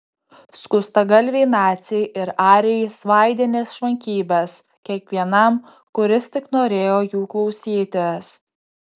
skustagalviai naciai ir arijai svaidė nešvankybes kiekvienam kuris tik norėjo jų klausytis